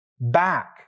back